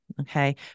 okay